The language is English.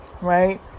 Right